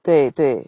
对对